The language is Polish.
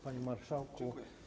Panie Marszałku!